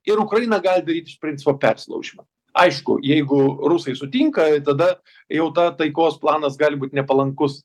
ir ukraina gali daryt iš principo persilaužimą aišku jeigu rusai sutinka tada jau ta taikos planas gali būt nepalankus